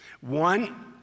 One